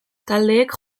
taldeek